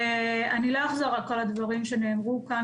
אני לא אחזור על כל הדברים שנאמרו כאן,